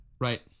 Right